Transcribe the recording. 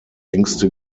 ängste